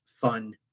fun